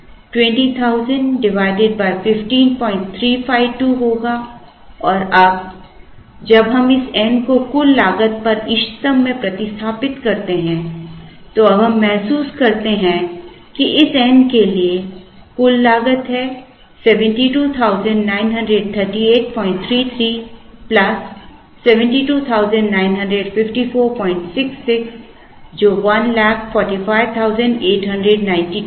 यह 5000 7676 होगा 20000 15352 होगा और अब जब हम इस n को कुल लागत पर इष्टतम में प्रतिस्थापित करते हैं तो अब हम महसूस करते हैं कि इस n के लिए कुल लागत है 7293833 प्लस 7295466 जो 145892 है